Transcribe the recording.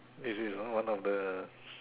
is this one of the